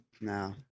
No